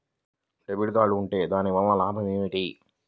Debit card ఉంటే దాని వలన లాభం ఏమిటీ?